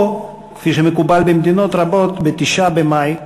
או, כפי שמקובל במדינות רבות, ב-9 במאי.